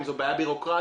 אם זו בעיה בירוקרטית,